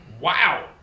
wow